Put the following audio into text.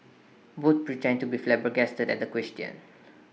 both pretend to be flabbergasted at the question